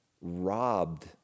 robbed